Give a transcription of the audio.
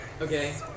Okay